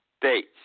States